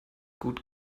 gut